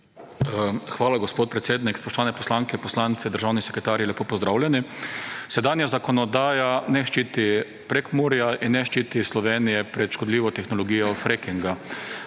Hvala, gospod predsednik. Spoštovani poslanke, poslanci, državni sekretarji lepo pozdravljeni! Sedanja zakonodaja ne ščiti Prekmurja in ne ščiti Slovenije pred škodljivo tehnologijo frackinga.